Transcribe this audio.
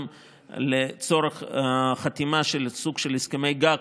גם לצורך חתימה של סוג של הסכמי גג